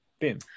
Boom